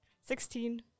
Sixteen